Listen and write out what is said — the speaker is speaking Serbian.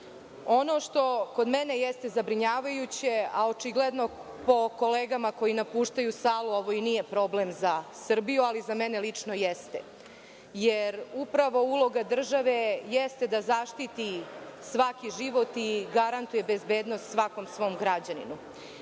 Ono što kod mene jeste zabrinjavajuće, a očigledno po kolegama koji napuštaju salu ovo i nije problem za Srbiju, ali za mene lično jeste, jeste upravo uloga države da zaštiti svaki život i garantuje bezbednost svakom svom građaninu,